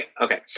okay